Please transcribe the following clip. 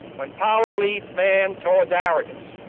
when power leads man toward yeah arrogance,